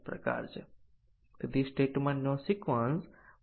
ઉદાહરણ તરીકે control applications છે